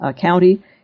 County